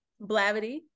Blavity